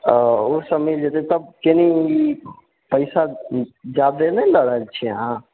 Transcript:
ओऽ ओसभ मिल जेतय तब कनि पैसा जादे नहि लऽ रहल छियै अहाँ